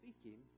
speaking